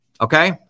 Okay